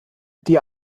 die